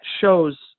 shows